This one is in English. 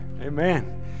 Amen